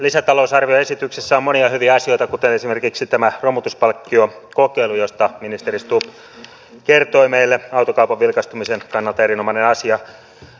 lisätalousarvioesityksessä on monia hyviä asioita kuten esimerkiksi tämä romutuspalkkiokokeilu josta ministeri stubb kertoi meille autokaupan vilkastumisen kannalta erinomainen asia